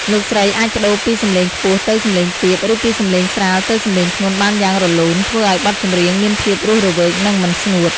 លោកស្រីអាចប្តូរពីសម្លេងខ្ពស់ទៅសម្លេងទាប ឬពីសម្លេងស្រាលទៅសម្លេងធ្ងន់បានយ៉ាងរលូន ធ្វើឲ្យបទចម្រៀងមានភាពរស់រវើក និងមិនស្ងួត។